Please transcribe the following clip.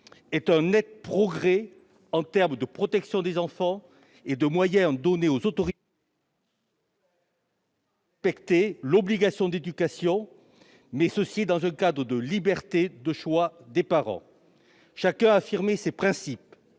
un net progrès en termes de protection des enfants et de moyens donnés aux autorités pour faire respecter l'obligation d'éducation, dans un cadre de liberté de choix pour les parents. Chacun a affirmé ses principes.